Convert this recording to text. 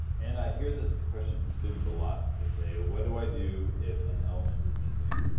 and, i hear this question from students a lot, they say what do i do if an element is missing?